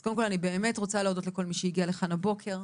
אז קודם כל אני באמת רוצה להודות לכל מי שהגיעה לכאן הבוקר.